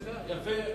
בבקשה, יפה.